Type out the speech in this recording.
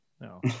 no